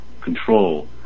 control